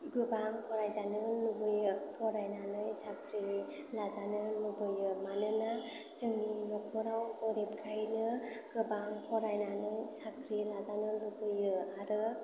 गोबां फरायजानो लुबैयो फरायनानै साख्रि लाजानो लुबैयो मानोना जोंनि न'खराव गोरिबखायनो गोबां फरायनानै साख्रि लाजानो लुबैयो आरो